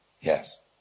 Yes